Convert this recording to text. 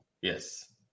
Yes